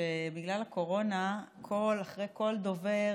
שבגלל הקורונה אחרי כל דובר,